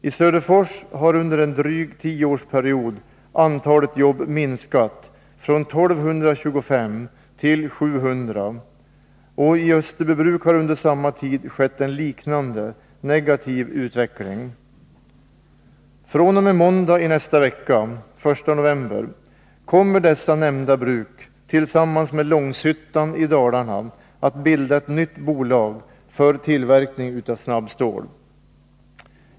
I Söderfors har under en dryg tioårsperiod antalet jobb minskat från 1 225 till 700, och i Österbybruk har under samma tid skett en liknande negativ utveckling. fr.o.m. måndag i nästa vecka, den 1 november, kommer dessa nämnda bruk, tillsammans med Långshyttan i Dalarna, att bilda ett nytt bolag för tillverkning av snabbstål.